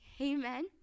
Amen